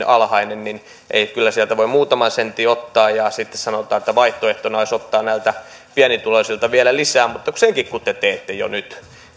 alhainen niin kyllä sieltä voi muutaman sentin ottaa ja sitten sanotaan että vaihtoehtona olisi ottaa näiltä pienituloisilta vielä lisää mutta kun senkin te teette jo nyt